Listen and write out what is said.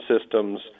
systems